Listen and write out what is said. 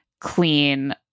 clean